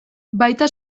baita